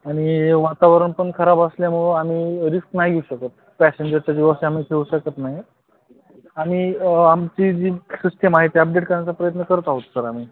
आणि वातावरण पण खराब असल्यामुळं आम्ही रिस्क नाही घेऊ शकत पॅसेंजरच्या जीवाशी आम्ही खेळू शकत नाही आणि आमची जी सिस्टेम आहे ती अपडेट करण्याचा प्रयत्न करत आहोत सर आम्ही